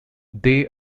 they